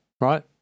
right